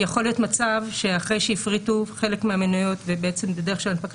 אבל יכול להיות מצב שאחרי שהפריטו חלק מהמניות בדרך של הנפקה